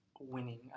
winning